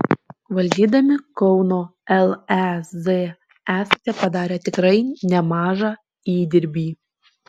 valdydami kauno lez esate padarę tikrai nemažą įdirbį